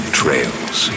trails